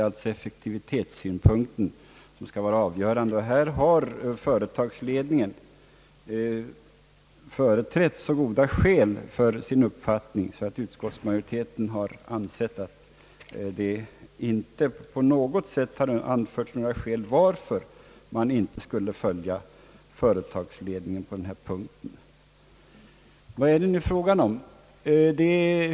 Och härvidlag har företagsledningen åberopat så goda skäl för sin uppfattning, att utskottsmajoriteten inte funnit några skäl tala för att man inte skulle följa företagsledningen på denna punkt. Vad är det frågan om?